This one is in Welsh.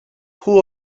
pwy